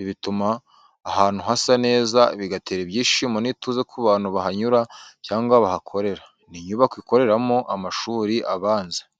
Ibi bituma ahantu hasa neza, bigatera ibyishimo n’ituze ku bantu bahanyura cyangwa bahakorera. Ni inyubako ikoreramo amashuri abanza.